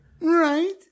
Right